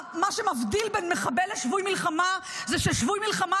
מה שמבדיל בין מחבל לשבוי מלחמה זה ששבוי מלחמה,